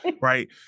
right